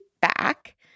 back